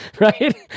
right